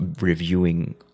reviewing